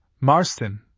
Marston